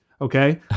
okay